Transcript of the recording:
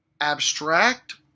abstract